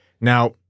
Now